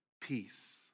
Peace